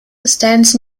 stands